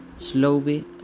Slowly